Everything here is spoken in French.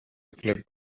club